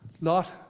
Lot